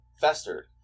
festered